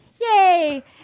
Yay